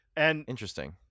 Interesting